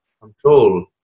control